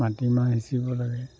মাটিমাহ সিঁচিব লাগে